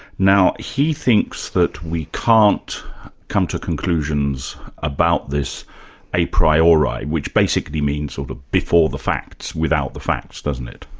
now he thinks that we can't come to conclusions about this a priori which basically means sort of before the facts, without the facts, doesn't it?